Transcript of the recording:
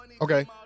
Okay